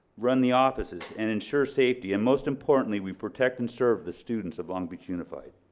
run the offices, and ensure safety, and most importantly we protect and serve the students of long beach unified.